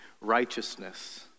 righteousness